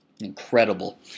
Incredible